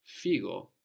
Figo